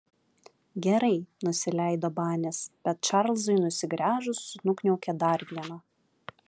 gerai nusileido banis bet čarlzui nusigręžus nukniaukė dar vieną